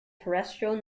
terrestrial